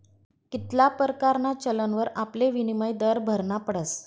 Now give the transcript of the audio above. कित्ला परकारना चलनवर आपले विनिमय दर भरना पडस